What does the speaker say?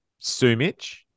Sumich